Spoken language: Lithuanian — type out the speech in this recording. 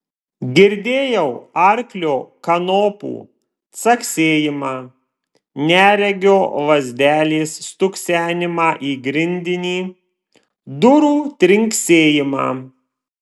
girdėjau arklio kanopų caksėjimą neregio lazdelės stuksenimą į grindinį durų trinksėjimą